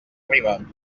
arribar